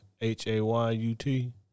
H-A-Y-U-T